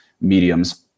mediums